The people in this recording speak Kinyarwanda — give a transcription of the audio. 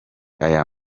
aya